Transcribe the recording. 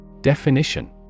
Definition